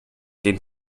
den